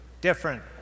Different